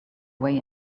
way